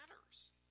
matters